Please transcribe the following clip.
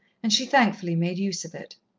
and she thankfully made use of it.